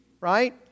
right